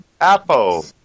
Apple